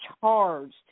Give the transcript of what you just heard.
charged